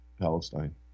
Palestine